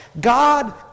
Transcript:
God